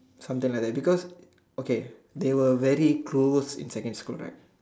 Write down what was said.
something like that because okay they were very close in secondary school right